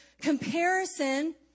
comparison